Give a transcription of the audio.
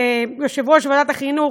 יושב-ראש ועדת החינוך,